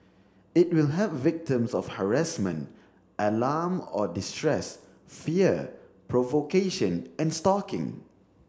it will help victims of harassment alarm or distress fear provocation and stalking